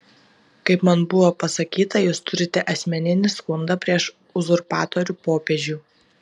kaip man buvo pasakyta jūs turite asmeninį skundą prieš uzurpatorių popiežių